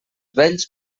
vells